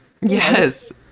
yes